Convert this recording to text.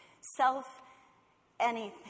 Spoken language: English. self-anything